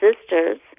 sisters